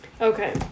Okay